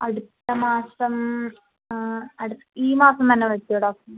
അടുത്ത മാസം ഈ മാസം തന്നെ പറ്റുവോ ഡോക്ടർ